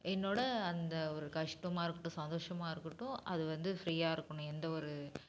என்னோட அந்த ஒரு கஷ்டமாக இருக்கட்டும் சந்தோஷமாக இருக்கட்டும் அது வந்து ஃப்ரீயாக இருக்கணும் எந்த ஒரு